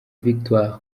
victor